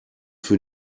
für